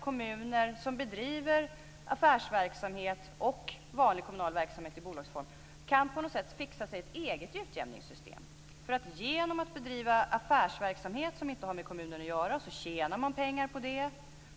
Kommuner som bedriver affärsverksamhet och vanlig kommunal verksamhet i bolagsform kan på något sätt fixa sig ett eget utjämningssystem. Genom att bedriva affärsverksamhet som inte har med kommunen att göra tjänar de pengar. Sedan